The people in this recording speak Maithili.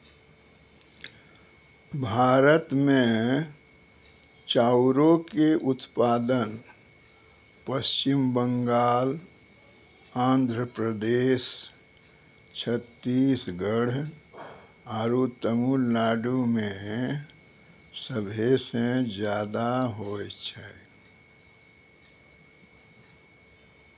भारत मे चाउरो के उत्पादन पश्चिम बंगाल, आंध्र प्रदेश, छत्तीसगढ़ आरु तमिलनाडु मे सभे से ज्यादा होय छै